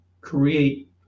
create